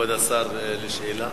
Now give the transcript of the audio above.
כבוד השר, לשאלה?